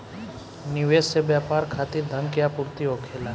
निवेश से व्यापार खातिर धन के आपूर्ति होखेला